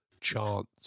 chance